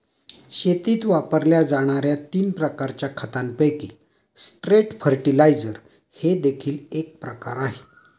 शेतीत वापरल्या जाणार्या तीन प्रकारच्या खतांपैकी स्ट्रेट फर्टिलाइजर हे देखील एक प्रकार आहे